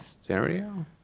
Stereo